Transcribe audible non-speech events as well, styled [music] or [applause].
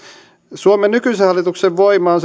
suomen nykyisen hallituksen voima on [unintelligible]